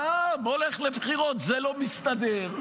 העם הולך לבחירות, זה לא מסתדר,